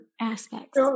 aspects